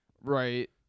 Right